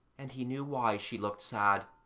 and he knew why she looked sad.